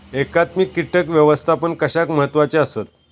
एकात्मिक कीटक व्यवस्थापन कशाक महत्वाचे आसत?